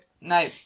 No